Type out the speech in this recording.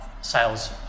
sales